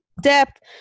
Depth